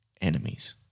enemies